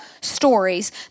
stories